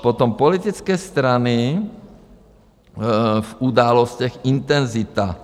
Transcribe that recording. Potom: Politické strany v Událostech intenzita.